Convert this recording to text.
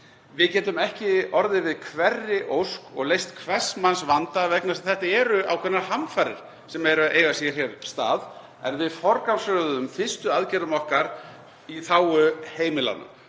Við getum ekki orðið við hverri ósk og leyst hvers manns vanda vegna þess að þetta eru ákveðnar hamfarir sem eru að eiga sér stað en við forgangsröðuðum fyrstu aðgerðum okkar í þágu heimilanna.